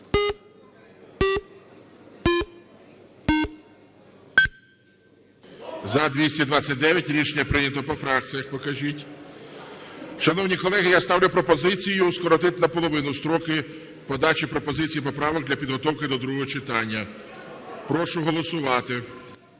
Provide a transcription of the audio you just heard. За-229 Рішення прийнято. По фракціях покажіть. Шановні колеги, я ставлю пропозицію скоротити наполовину строки подачі пропозицій і поправок для підготовки до другого читання. Прошу голосувати.